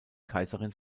kaiserin